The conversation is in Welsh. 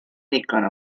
ddigon